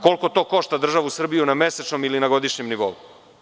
Koliko to košta državu Srbiju na mesečnom ili na godišnjem nivou?